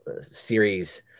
series